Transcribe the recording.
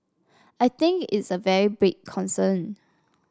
I think it's a very big concern